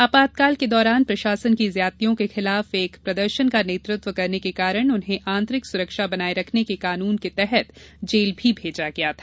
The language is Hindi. आपातकाल के दौरान प्रशासन की ज्यादतियों के खिलाफ एक प्रदर्शन का नेतृत्व करने के कारण उन्हें आंतरिक सुरक्षा बनाये रखने के कानून के अन्तर्गत जेल भी भेजा गया था